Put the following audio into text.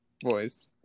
boys